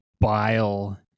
bile